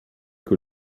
que